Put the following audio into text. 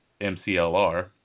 MCLR